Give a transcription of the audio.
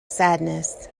sadness